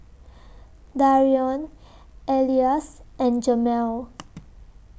Darion Elias and Jamel